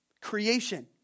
Creation